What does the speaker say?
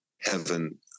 heaven